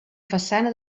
façana